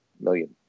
million